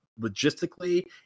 logistically